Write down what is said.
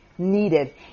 Needed